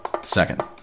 Second